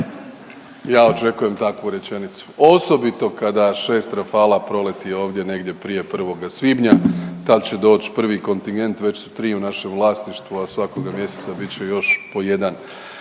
Ja očekujem takvu rečenicu, osobito kada šest Rafalea proleti ovdje negdje prije 1. svibnja, tad će doći prvi kontingent, već su tri u našem vlasništvu, a svakoga mjeseca bit će još po jedan.